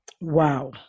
Wow